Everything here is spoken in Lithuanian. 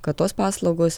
kad tos paslaugos